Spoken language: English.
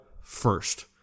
first